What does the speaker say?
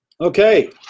Okay